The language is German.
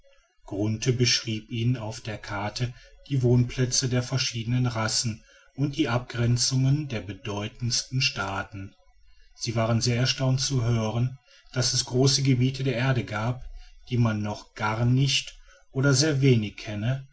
beschrieb ihnen auf der karte die wohnplätze der verschiedenen rassen und die abgrenzungen der bedeutendsten staaten sie waren sehr erstaunt zu hören daß es große gebiete der erde gäbe die man noch gar nicht oder sehr wenig kenne